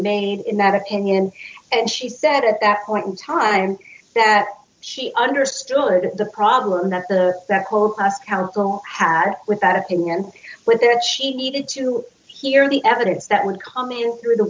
made in that opinion and she said at that point in time that she understood the problem that the that told us counsel had with that opinion with that she needed to hear the evidence that would come in through the